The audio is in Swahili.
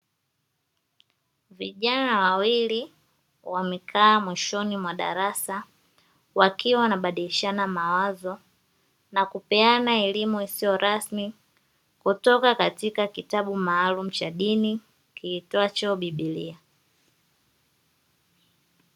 Vijana wawili wamekaa mwishoni mwa darasa wakiwa wanabadilishana mawazo na kupeana elimu isiyo rasmi kutoka katika kitabu maalumu cha dini kiitwacho biblia.